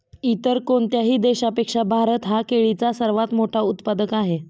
इतर कोणत्याही देशापेक्षा भारत हा केळीचा सर्वात मोठा उत्पादक आहे